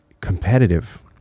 competitive